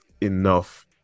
enough